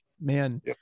man